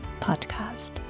podcast